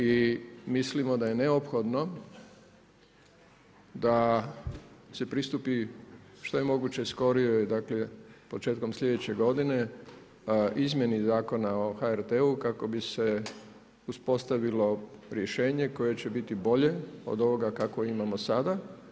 I mislimo da je neophodno, da se pristupi što je moguće skorijoj, dakle, početkom sljedeće godine, izmjene zakona o HRT-u, kako bi se uspostavilo rješenje, koje će biti bolje od ovoga kako imamo sada.